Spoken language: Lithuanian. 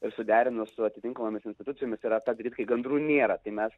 ir suderinus su atitinkamomis institucijomis yra tą daryt kai gandrų nėra kai mes